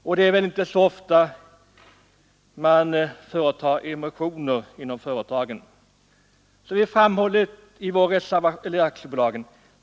Och det är väl inte så ofta emissioner företages i aktiebolagen.